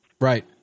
Right